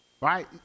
Right